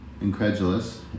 incredulous